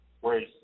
whereas